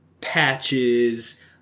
patches